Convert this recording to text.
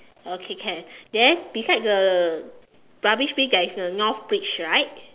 okay can then beside the rubbish bin there is a North bridge right